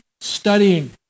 studying